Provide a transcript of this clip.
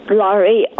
lorry